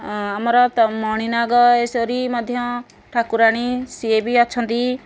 ଆମର ମଣୀନାଗଶ୍ୱରି ମଧ୍ୟ ଠାକୁରାଣୀ ସିଏ ବି ଅଛନ୍ତି